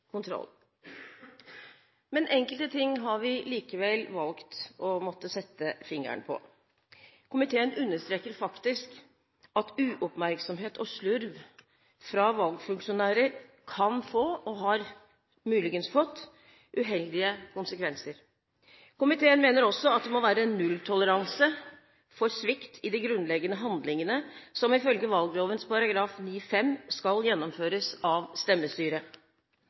Men enkelte ting har vi likevel valgt å måtte sette fingeren på. Komiteen understreker faktisk at uoppmerksomhet og slurv fra valgfunksjonærer kan få, og har muligens fått, uheldige konsekvenser. Komiteen mener også at det må være nulltoleranse for svikt i de grunnleggende handlingene som ifølge valgloven § 9-5 skal gjennomføres av